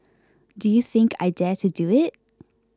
do you think I dare to do it